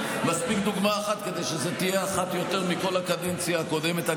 מספיקה דוגמה אחת כדי שזו תהיה אחת יותר מכל הקדנציה הקודמת.